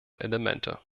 elemente